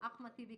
ואחמד טיבי,